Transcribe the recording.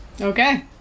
Okay